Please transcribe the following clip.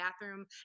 bathroom